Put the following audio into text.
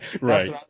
Right